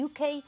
UK